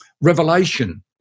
revelation